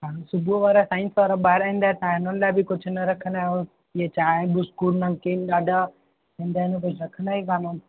हा सुबुह वारा साइंस वारा ॿार ईंदा तव्हां हिन लाइ बि कुझु न रखंदा आहियो इहे चांहि बिस्कुट नमकीन ॾाढा हूंदा आहिनि पर रखंदा ई कान्हनि